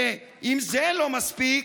ואם זה לא מספיק,